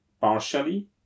partially